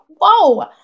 whoa